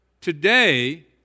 today